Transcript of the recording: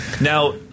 Now